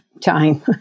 time